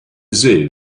zoo